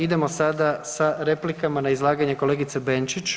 Idemo sada sa replikama na izlaganje kolegice Benčić.